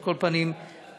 על כל פנים, לאט,